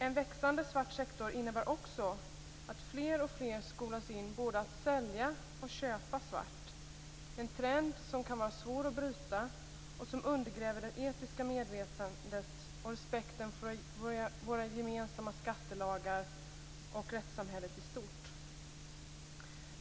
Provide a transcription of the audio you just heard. En växande svart sektor innebär också att fler och fler skolas in att både sälja och köpa svart - en trend som kan vara svår att bryta och som undergräver det etiska medvetandet och respekten för våra gemensamma skattelagar och rättssamhället i stort.